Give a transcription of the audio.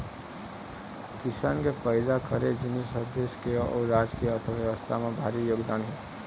किसान के पइदा करे जिनिस ह देस के अउ राज के अर्थबेवस्था म भारी योगदान हे